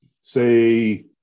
say –